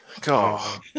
god